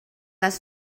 les